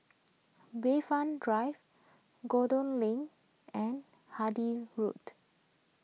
Bayfront Drive Lane and Handy Road